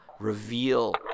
reveal